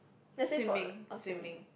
let's say for or swimming